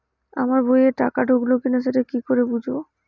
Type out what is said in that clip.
আমার বইয়ে টাকা ঢুকলো কি না সেটা কি করে বুঝবো?